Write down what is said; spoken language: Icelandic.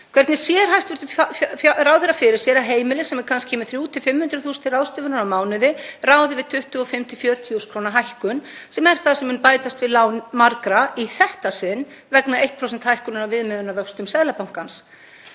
Hvernig sér hæstv. ráðherra fyrir sér að heimili, sem er kannski með 300.000–500.000 til ráðstöfunar á mánuði, ráði við 25.000–40.000 kr. hækkun, sem er það sem mun bætast við lán margra í þetta sinn vegna 1% hækkunar á viðmiðunarvöxtum Seðlabankans?